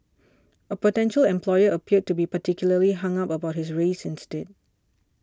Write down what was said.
a potential employer appeared to be particularly hung up about his race instead